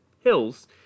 hills